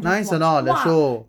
nice or not the show